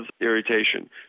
irritation